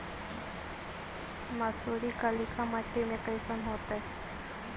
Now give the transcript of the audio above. मसुरी कलिका मट्टी में कईसन होतै?